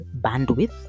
bandwidth